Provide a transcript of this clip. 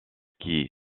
qui